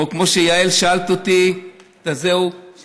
או כמו שיעל שאלת אותי, עם